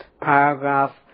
Paragraph